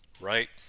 right